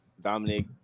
Dominic